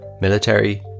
military